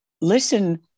Listen